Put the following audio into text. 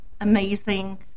amazing